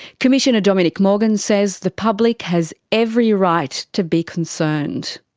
commissioner dominic morgan says the public has every right to be concerned.